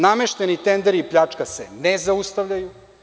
Namešteni tenderi i pljačka se ne zaustavljaju.